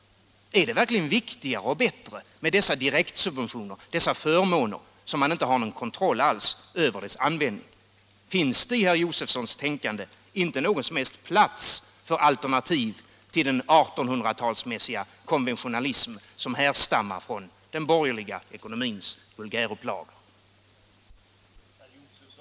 Är det verkligen viktigare och bättre med förmåner och direkta subventioner, över vilkas användning man inte alls har någon kontroll? Finns det i herr Josefsons tänkande ingen plats för ett alternativ till en 1800-talsmässig konventionalism som härstammar från den borgerliga ekonomins vulgärupplaga? Förlängd tid för